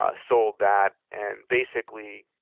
ah sold that and basically